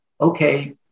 okay